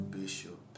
bishop